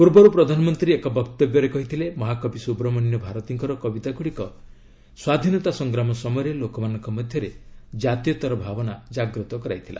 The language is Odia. ପୂର୍ବର୍ ପ୍ରଧାନମନ୍ତ୍ରୀ ଏକ ବକ୍ତବ୍ୟରେ କହିଥିଲେ ମହାକବି ସୁବ୍ରମଣ୍ୟ ଭାରତୀଙ୍କର କବିତାଗୁଡ଼ିକ ସ୍ୱାଧୀନତା ସଂଗ୍ରାମ ସମୟରେ ଲୋକମାନଙ୍କ ମଧ୍ୟରେ ଜାତୀୟତାର ଭାବ ଜାଗ୍ରତ କରିଥିଲା